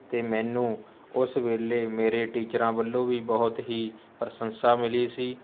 ਅਤੇ ਮੈਨੂੰ ਉਸ ਵੇਲੇ ਮੇਰੇ ਟੀਚਰਾਂ ਵੱਲੋਂ ਵੀ ਬਹੁਤ ਹੀ ਪ੍ਰਸ਼ੰਸਾ ਮਿਲੀ ਸੀ